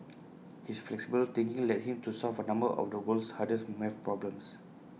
his flexible thinking led him to solve A number of the world's hardest math problems